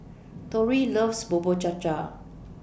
Torry loves Bubur Cha Cha